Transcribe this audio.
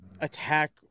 attack